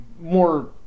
more